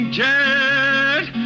jet